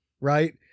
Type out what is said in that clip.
right